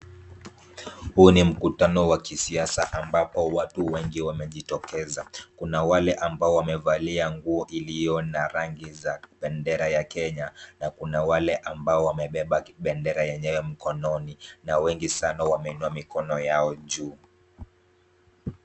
Huu ni mkutano wa kisiasa ambapo watu wengi wamejitokeza. Kuna wale ambao wamevalia nguo iliyo na rangi za bendera ya Kenya na kuna wale ambao wamebeba kibendera yenyewe mkononi na wengi sana wameinua mikono yao juu.